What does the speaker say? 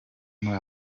muri